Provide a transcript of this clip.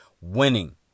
Winning